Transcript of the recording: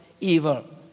evil